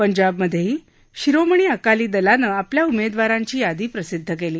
पंजाबमधहीीशिरोमणी अकाली दलानं आपल्या उमद्विरांची यादी प्रसिद्ध कली